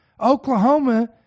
Oklahoma